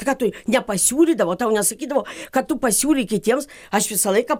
tai ką tu nepasiūlydavo tau nesakydavo kad tu pasiūlyk kitiems aš visą laiką